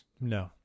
No